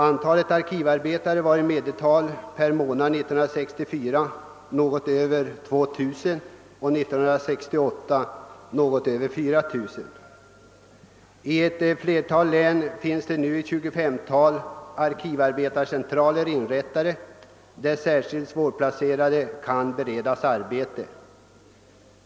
Antalet arkivarbetare var 1964 i medeltal per månad över 2000 och 1968 något över 4 000. I ett flertal län finns nu arkivarbetscentraler inrättade, sammanlagt ett tjugofemtal, där särskilt svårplacerade personer kan beredas arbete.